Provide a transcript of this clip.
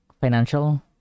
financial